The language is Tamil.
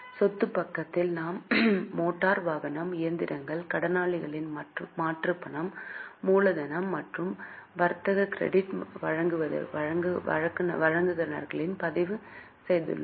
சொத்து பக்கத்தில் நாம் மோட்டார் வாகனம் இயந்திரங்கள் கடனாளிகள் மற்றும் பணம் மூலதனம் மற்றும் வர்த்தக கிரெடிட் வழங்குநர்களைப் பதிவு செய்துள்ளோம்